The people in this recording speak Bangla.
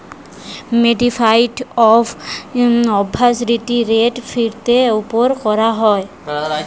মডিফাইড অভ্যন্তরীন রেট ফেরতের ওপর করা হয়